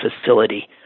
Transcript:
facility